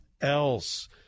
else